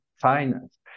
finance